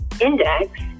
index